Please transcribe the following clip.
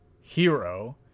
Hero